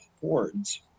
hordes